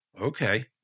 Okay